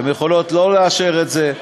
הן יכולות לא לאשר את זה,